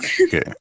Okay